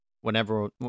whenever